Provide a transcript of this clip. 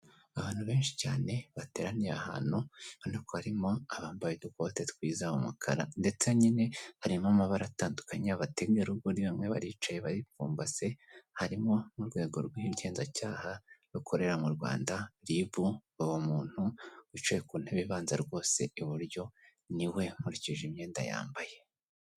Abantu benshi cyane bateraniye ahantu ubona ko harimo abambaye udukote twiza umukara. Ndetse nyine harimo amabara atandukanye. Abategarugori bamwe baricaye baripfumbase. Harimo n'Urwego rw'Ubugenzacyaha rukorera mu Rwanda ribu. Uwo muntu wicaye ku ntebe ibanza rwose iburyo ni we nkurikije imyenda yambaye.